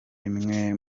imwe